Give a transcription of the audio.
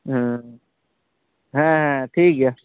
ᱦᱮᱸ ᱦᱮᱸ ᱴᱷᱤᱠ ᱜᱮᱭᱟ